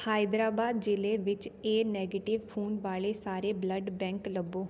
ਹੈਦਰਾਬਾਦ ਜ਼ਿਲ੍ਹੇ ਵਿੱਚ A negative ਖ਼ੂਨ ਵਾਲੇ ਸਾਰੇ ਬਲੱਡ ਬੈਂਕ ਲੱਭੋ